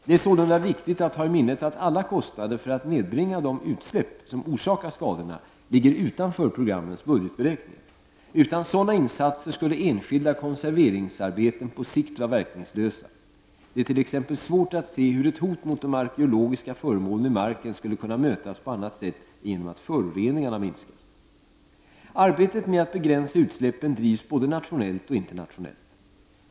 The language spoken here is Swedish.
Det är sålunda viktigt att ha i minnet att alla kostnader för att nedbringa de utsläpp som orsakar skadorna ligger utanför programmens budgetberäkningar. Utan sådana insatser skulle enskilda konserveringsarbeten på sikt vara verkningslösa. Det är t.ex. svårt att se hur ett hot mot de arkeologiska föremålen i marken skulle kunna mötas på annat sätt än genom att föroreningarna minskas. Arbetet med att begränsa utsläppen drivs både nationellt och internationellt.